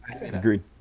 Agreed